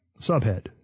Subhead